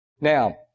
Now